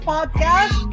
Podcast